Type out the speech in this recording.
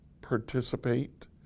participate